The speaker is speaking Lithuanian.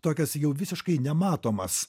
tokias jau visiškai nematomas